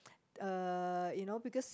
uh you know because